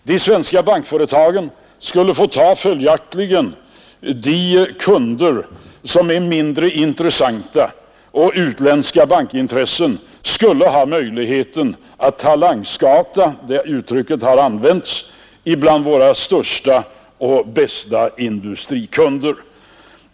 De svenska bankföretagen skulle få ta de kunder som är mindre intressanta, om utländska bankintressen hade möjlighet att talangscouta — det uttrycket har använts — bland våra största och bästa industrier.